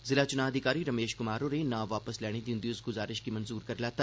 जिला च्नां अधिकारी रमेश क्मार होरे नां वापस लैने दी उंदी इस ग्जारिश गी मंजूरी करी लैता